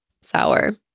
sour